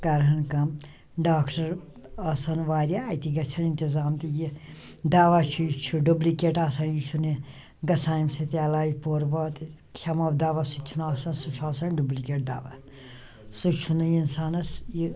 کَرٕہَن کَم ڈاکٹر آسہٕ ہان واریاہ أتی گَژھہِ ہا انتظام تہِ کیٚنٛہہ دوا چھُ یہِ چھُ ڈُبلِکیٹ آسان یہِ چھُنہٕ گَژھان اَمہِ سۭتۍ علاج پورٕ بوتٕلۍ کھیٚمو دوا سُہ تہِ چھُنہٕ آسان سُہ چھُ آسان ڈُبلِکیٹ دوا سُہ چھُنہٕ اِنسانَس یہِ